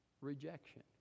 rejection